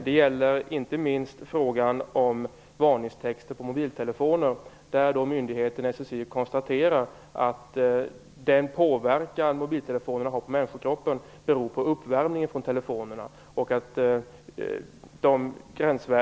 Det gäller inte minst frågan om varningstexter på mobiltelefoner, där myndigheten SSI konstaterar att den påverkan mobiltelefonerna har på människokroppen beror på uppvärmningen från telefonerna.